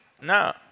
no